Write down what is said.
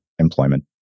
employment